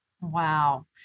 Wow